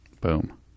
Boom